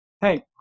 hey